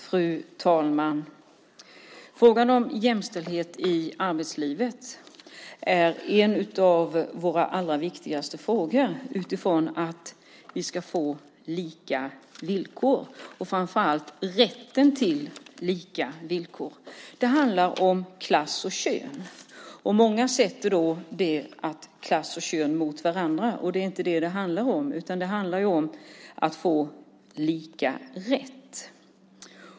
Fru talman! Frågan om jämställdhet i arbetslivet är en av våra allra viktigaste frågor utifrån att vi ska få lika villkor, och framför allt rätten till lika villkor. Det handlar om klass och kön. Många sätter då klass och kön mot varandra, men det är inte detta det handlar om. Det handlar ju om att få lika rätt.